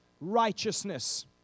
righteousness